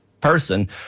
person